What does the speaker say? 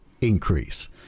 increase